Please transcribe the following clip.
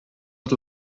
het